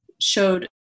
showed